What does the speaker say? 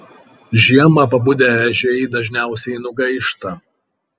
žiemą pabudę ežiai dažniausiai nugaišta